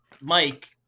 Mike